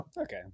okay